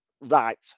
Right